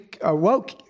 awoke